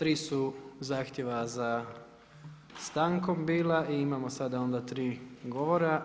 Tri su zahtjeva za stankom bila i imamo sada onda tri govora.